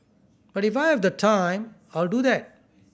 but if I have the time I'll do that